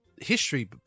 History